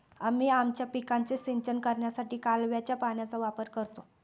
आम्ही आमच्या पिकांचे सिंचन करण्यासाठी कालव्याच्या पाण्याचा वापर करतो